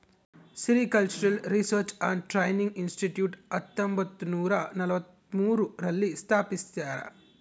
sericultural research and training institute ಹತ್ತೊಂಬತ್ತುನೂರ ನಲವತ್ಮೂರು ರಲ್ಲಿ ಸ್ಥಾಪಿಸ್ಯಾರ